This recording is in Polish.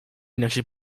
inaczej